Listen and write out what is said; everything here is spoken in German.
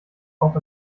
auch